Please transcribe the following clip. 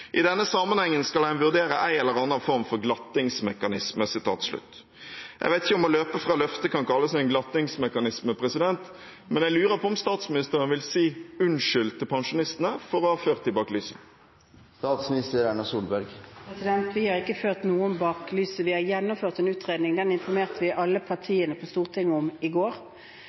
I denne samanhengen skal ein vurdere ei eller anna form for glattingsmekanisme.» Jeg vet ikke om å løpe fra løfter kan kalles for en «glattingsmekanisme», men jeg lurer på om statsministeren vil si unnskyld til pensjonistene for å ha ført dem bak lyset. Vi har ikke ført noen bak lyset. Vi har gjennomført en utredning. Den informerte vi alle partiene på Stortinget om i går.